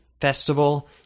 Festival